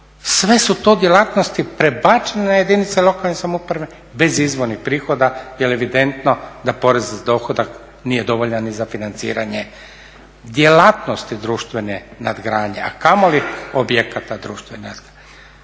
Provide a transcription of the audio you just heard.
Sve su to djelatnosti prebačene na jedinice lokalne samouprave bez izvornih prihoda jer je evidentno da porez na dohodak nije dovoljan ni za financiranje djelatnosti društvene nadgradnje, a kamoli objekata društvene ….